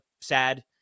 sad